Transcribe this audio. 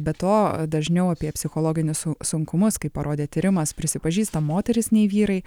be to dažniau apie psichologinius sunkumus kaip parodė tyrimas prisipažįsta moterys nei vyrai